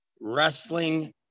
Wrestling